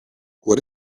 what